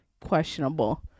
Questionable